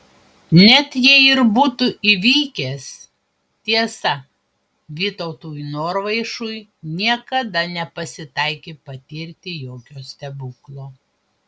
net jei ir būtų įvykęs tiesa vytautui norvaišui niekada nepasitaikė patirti jokio stebuklo